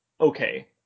okay